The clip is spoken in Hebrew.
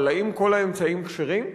אבל האם כל האמצעים כשרים?